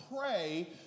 pray